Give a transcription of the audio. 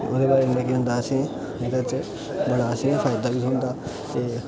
ओह्दी वजहा कन्नै केह् होंदा असे एह्दे च बड़ा असेई फायदा बी थोह्ंदा ते